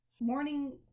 Morning